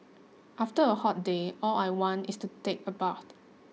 after a hot day all I want is to take a bath